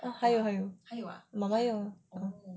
还有还有